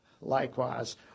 Likewise